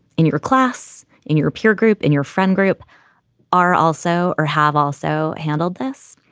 in your class, in your peer group and your friend group are also or have also handled this.